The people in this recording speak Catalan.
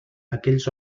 aquells